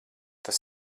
tas